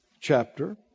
chapter